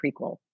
prequel